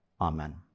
Amen